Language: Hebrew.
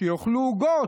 שיאכלו עוגות.